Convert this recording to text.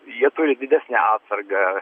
jie turi didesnę atsargą